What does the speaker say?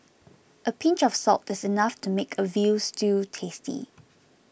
a pinch of salt is enough to make a Veal Stew tasty